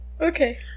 Okay